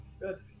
Good